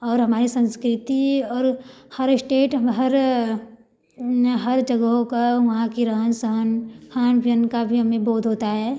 और हमारी संस्कृति और हर श्टेट हर हर जगहों का वहाँ की रहन सहन खान पीन का भी हमें बोध होता है